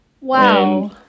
Wow